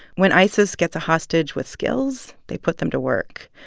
when isis gets a hostage with skills, they put them to work.